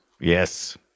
Yes